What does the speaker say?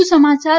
વધુ સમાચાર